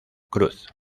cruz